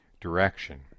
direction